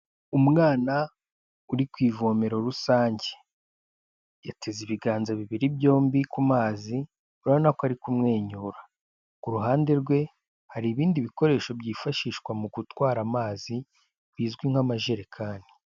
Umwana uri ku ivomero rusange, yateze ibiganza bibiri byombi ku mazi urabona ko ari kumwenyura, ku ruhande rwe hari ibindi bikoresho byifashishwa mu gutwara amazi bizwi nk'amajerekani.